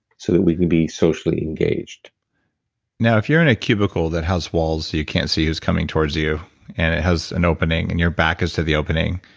so that we can be socially engaged now if you're in a cubicle that has walls, so you can't see who's coming towards you and it has an opening, and your back is to the opening,